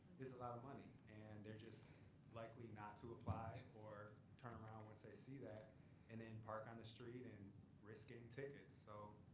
it's a lot of money. and they're just likely not to apply, or turn around once they see that and park on the street, and risk getting tickets. so